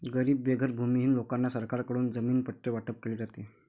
गरीब बेघर भूमिहीन लोकांना सरकारकडून जमीन पट्टे वाटप केले जाते